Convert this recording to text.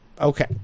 Okay